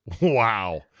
wow